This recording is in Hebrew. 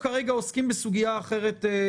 בסדר.